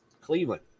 Cleveland